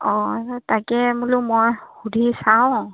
অঁ তাকে বোলো মই সুধি চাওঁ